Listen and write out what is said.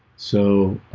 so